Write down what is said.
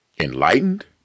Enlightened